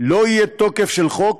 לא יהיה תוקף של חוק,